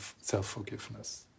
self-forgiveness